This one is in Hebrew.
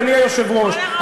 אדוני היושב-ראש,